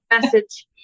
message